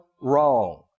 wrong